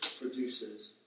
produces